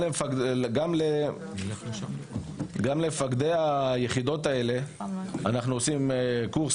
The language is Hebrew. גם למפקדי היחידות האלה אנחנו עושים קורס